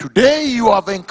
today you are being